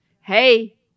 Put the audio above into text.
Hey